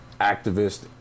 activist